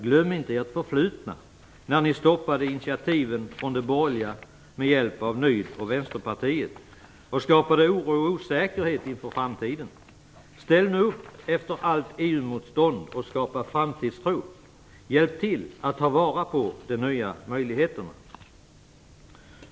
Glöm inte ert förflutna, när ni stoppade initiativen från de borgerliga med hjälp av Nydemokraterna och Vänsterpartiet och skapade oro och osäkerhet inför framtiden! Ställ nu upp efter allt EU-motstånd och skapa framtidstro! Hjälp till att ta vara på de nya möjligheterna!